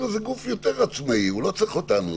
גוף יותר עצמאי, הוא לא צריך אותנו.